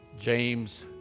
James